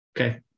Okay